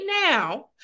now